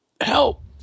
Help